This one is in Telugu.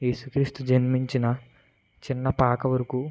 యేసుక్రీస్తు జన్మించిన చిన్న పాక వరకు